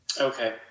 Okay